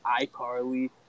iCarly